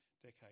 decade